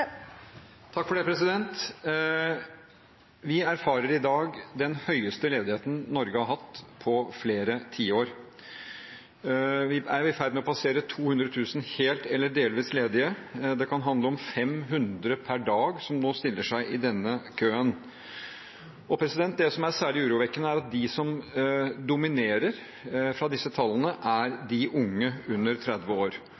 Vi erfarer i dag den høyeste ledigheten Norge har hatt på flere tiår. Vi er i ferd med å passere 200 000 helt eller delvis ledige. Det kan handle om 500 per dag som nå stiller seg i denne køen. Det som er særlig urovekkende, er at de som dominerer, ut fra disse tallene, er unge under 30 år